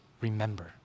remember